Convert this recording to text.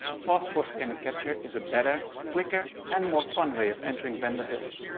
fast four scan and capture is a better quicker and more fun way of entering vendor bills.